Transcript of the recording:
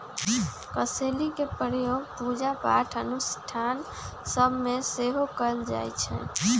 कसेलि के प्रयोग पूजा पाठ अनुष्ठान सभ में सेहो कएल जाइ छइ